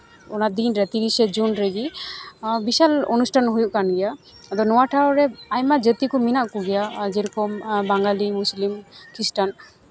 ᱚᱱᱟ ᱫᱤᱱᱨᱮ ᱛᱤᱨᱤᱥᱟ ᱡᱩᱱ ᱨᱮᱜᱮ ᱵᱤᱥᱟᱞ ᱚᱱᱩᱥᱴᱷᱟᱱ ᱦᱩᱭᱩᱜ ᱠᱟᱱ ᱜᱮᱭᱟ ᱟᱫᱚ ᱱᱚᱣᱟ ᱴᱷᱟᱶᱨᱮ ᱟᱭᱢᱟ ᱡᱟᱹᱛᱤ ᱠᱚ ᱢᱮᱱᱟᱜ ᱠᱚᱜᱮᱭᱟ ᱡᱮᱨᱚᱠᱚᱢ ᱵᱟᱝᱜᱟᱞᱤ ᱢᱩᱥᱞᱤᱢ ᱠᱷᱨᱤᱥᱴᱟᱱ